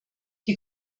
die